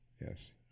Yes